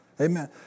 Amen